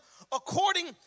according